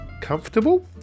comfortable